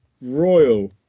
Royal